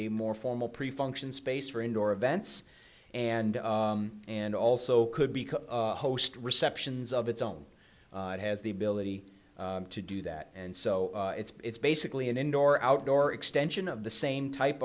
a more formal pre function space for indoor events and and also could be a host receptions of its own it has the ability to do that and so it's basically an indoor outdoor extension of the same type